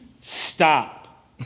stop